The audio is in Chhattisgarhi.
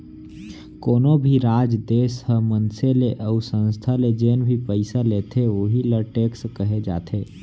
कोनो भी राज, देस ह मनसे ले अउ संस्था ले जेन भी पइसा लेथे वहीं ल टेक्स कहे जाथे